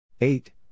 Eight